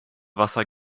wasser